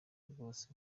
rwose